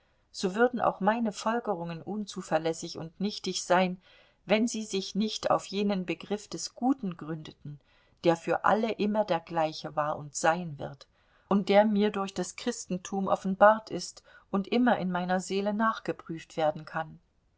so würden auch meine folgerungen unzuverlässig und nichtig sein wenn sie sich nicht auf jenen begriff des guten gründeten der für alle immer der gleiche war und sein wird und der mir durch das christentum offenbart ist und immer in meiner seele nachgeprüft werden kann